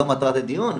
זו מטרת הדיון,